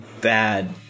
bad